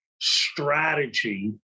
Strategy